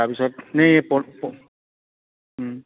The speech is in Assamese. তাৰপিছত নে